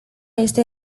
este